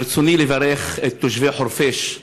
ברצוני לברך את תושבי חורפיש,